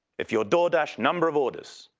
if your doordash number of orders.